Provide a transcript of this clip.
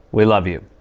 we love you.